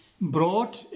brought